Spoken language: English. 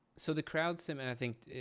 so the crowd sim and i think